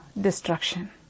destruction